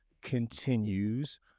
continues